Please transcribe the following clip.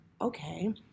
okay